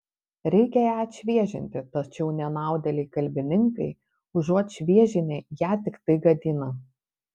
reikia ją atšviežinti tačiau nenaudėliai kalbininkai užuot šviežinę ją tiktai gadina